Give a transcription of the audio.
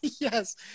Yes